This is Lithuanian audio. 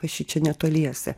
va šičia netoliese